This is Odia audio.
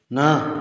ନା